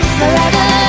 forever